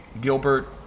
Gilbert